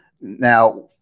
Now